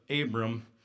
Abram